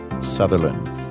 Sutherland